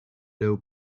low